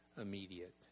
immediate